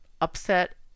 upset